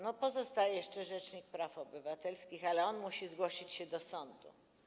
No pozostaje jeszcze rzecznik praw obywatelskich, ale on musi później zgłosić się do sądu.